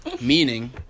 meaning